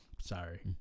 Sorry